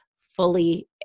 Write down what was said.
fully